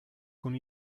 con